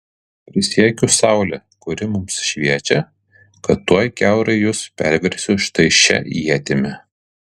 prisiekiu saule kuri mums šviečia kad tuoj kiaurai jus perversiu štai šia ietimi